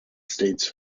states